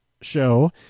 show